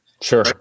Sure